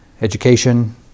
education